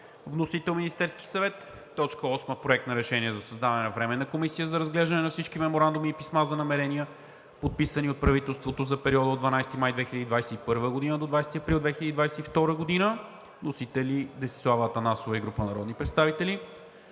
Вносител – Министерският съвет. 8. Проект на решение за създаване на Временна комисия за разглеждане на всички меморандуми и писма за намерения, подписани от правителството за периода от 12 май 2021 г. до 20 април 2022 г. Вносители – Десислава Атанасова и група народни представители.